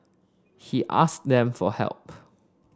he asked them for help